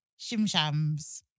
Shimshams